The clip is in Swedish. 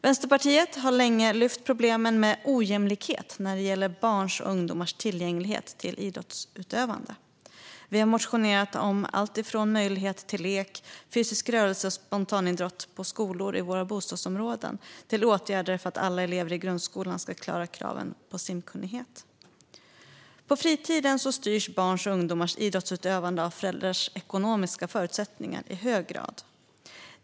Vänsterpartiet har länge lyft upp problemen med ojämlikhet när det gäller barns och ungdomars tillgänglighet till idrottsutövande. Vi har motionerat om allt från möjlighet till lek, fysisk rörelse och spontanidrott på skolor och i våra bostadsområden till åtgärder för att alla elever i grundskolan ska klara kraven för simkunnighet. På fritiden styrs barns och ungdomars idrottsutövande i hög grad av föräldrarnas ekonomiska förutsättningar.